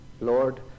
Lord